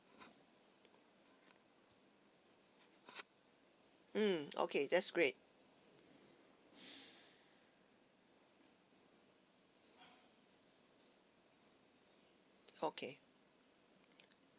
mm okay that's great okay